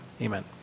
Amen